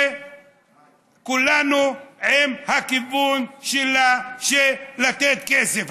וכולנו עם הכיוון של לתת כסף,